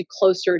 closer